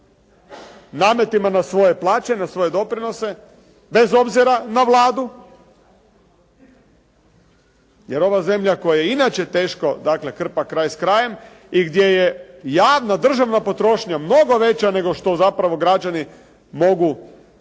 nametima na svoje plaće na svoje doprinose bez obzira na Vladu jer ova zemlja koja inače teško dakle krpa kraj s krajem i gdje je javna državna potrošnja mnogo veća nego što zapravo građani mogu u